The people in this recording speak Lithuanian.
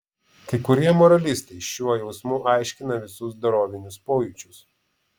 kai kurie moralistai šiuo jausmu aiškina visus dorovinius pojūčius